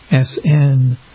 sn